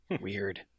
Weird